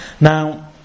Now